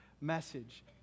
message